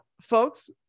Folks